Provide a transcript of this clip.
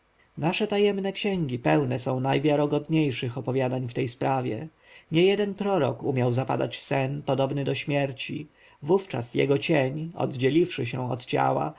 nasze tajemne księgi pełne są najwiarogodniejszych opowiadań w tej sprawie niejeden prorok umiał zapadać w sen podobny do śmierci wówczas jego cień oddzieliwszy się od ciała